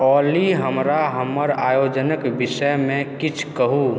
ऑली हमरा हमर आयोजनक विषय मे किछु कहु